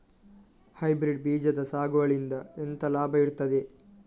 Hybrid ಬೀಜದ ಸಾಗುವಳಿಯಿಂದ ಎಂತ ಲಾಭ ಇರ್ತದೆ?